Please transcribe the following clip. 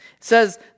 says